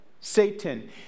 Satan